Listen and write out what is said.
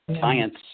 Science